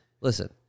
listen